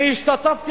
אני השתתפתי,